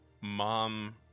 mom